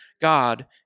God